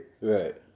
Right